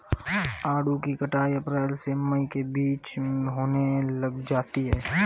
आड़ू की कटाई अप्रैल से मई के बीच होने लग जाती है